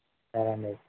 సరే అండి అయితే